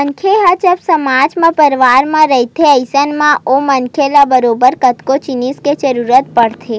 मनखे ह जब समाज म परवार म रहिथे अइसन म ओ मनखे ल बरोबर कतको जिनिस के जरुरत पड़थे